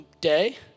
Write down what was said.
day